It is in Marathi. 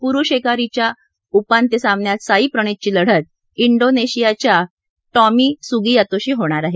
पुरुष एकेरीच्या उपांत्य सामन्यात साई प्रणीतषी लढत इंडोनेशियाच्या टॉमी सुगियातोशी होणार आहे